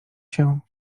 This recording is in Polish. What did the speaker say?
się